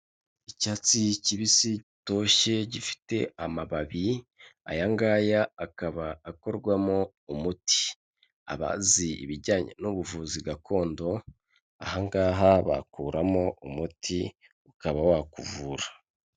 Icyatsi kibisi gitoshye gifite amababi, aya ngaya akaba akorwamo umuti, abazi ibijyanye n'ubuvuzi gakondo, aha ngaha bakuramo umuti ukaba wakuvura.